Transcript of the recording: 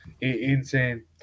insane